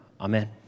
Amen